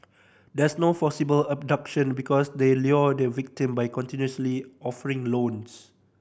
there's no forcible abduction because they lure the victim by continuously offering loans